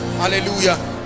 hallelujah